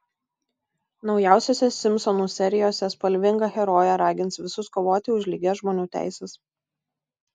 naujausiose simpsonų serijose spalvinga herojė ragins visus kovoti už lygias žmonių teises